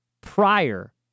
prior